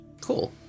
Cool